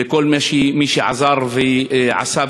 לכל מי שעזר ועשה,